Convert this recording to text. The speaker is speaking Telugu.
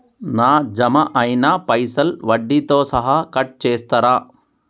నా జమ అయినా పైసల్ వడ్డీతో సహా కట్ చేస్తరా?